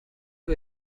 who